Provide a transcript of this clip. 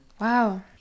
wow